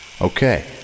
okay